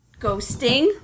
ghosting